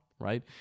right